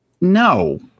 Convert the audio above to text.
No